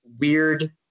weird